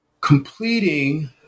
completing